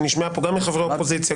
שנשמעה פה גם מחברי האופוזיציה,